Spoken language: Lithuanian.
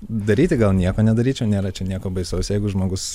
daryti gal nieko nedaryčiau nėra čia nieko baisaus jeigu žmogus